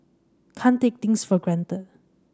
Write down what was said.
can't take things for granted